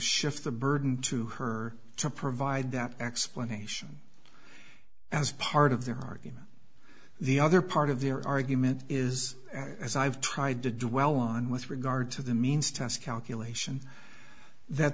shift the burden to her to provide that explanation as part of their argument the other part of their argument is as i've tried to do well on with regard to the means test calculation that